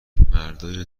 مردای